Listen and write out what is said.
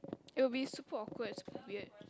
it will be super awkward super weird